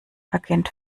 agent